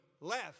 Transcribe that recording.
left